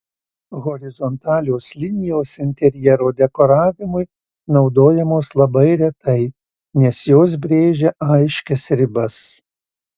horizontalios linijos interjero dekoravimui naudojamos labai retai nes jos brėžia aiškias ribas